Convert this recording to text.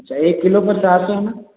अच्छा एक किलो पर चार सौ हैं न